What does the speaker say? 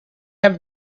have